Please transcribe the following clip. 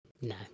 No